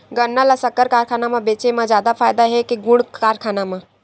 गन्ना ल शक्कर कारखाना म बेचे म जादा फ़ायदा हे के गुण कारखाना म?